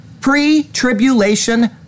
Pre-tribulation